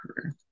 career